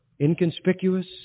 inconspicuous